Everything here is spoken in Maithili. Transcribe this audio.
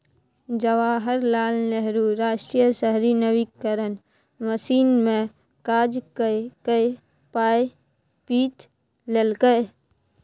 जवाहर लाल नेहरू राष्ट्रीय शहरी नवीकरण मिशन मे काज कए कए पाय पीट लेलकै